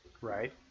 Right